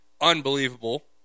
unbelievable